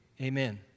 amen